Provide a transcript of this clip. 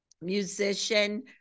musician